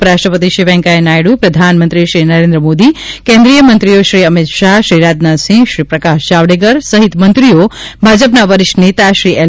ઉપરાષ્ટ્રપતિશ્રી વેકેયાહ નાયડુ પ્રધાનમંત્રીશ્રી નરેન્દ્ર મોદી કેન્દ્રિય મંત્રીઓ શ્રી અમિત શાહ શ્રી રાજનાથસિંહ શ્રી પ્રકાશ જાવડેકર સહિત મંત્રીઓ ભાજપના વરિષ્ઠ નેતા શ્રી એલ